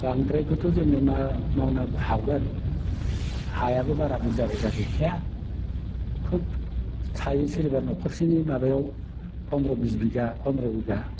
बांद्रायखौथ' जोङो मा मावनो हागोन हायाबो बारा बुरजा बुरजा गैखाया खोब थायो सोरनिबा न'खरसेनि माबायाव फन्द्र' बिस बिगा फन्द्र' बिगा